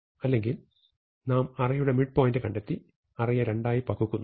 അല്ലെങ്കിൽ നാം അറേയുടെ മിഡ് പോയിന്റ് കണ്ടെത്തി അറേയെ രണ്ടായി പകുക്കുന്നു